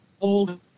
old